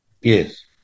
Yes